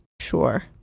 Sure